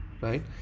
right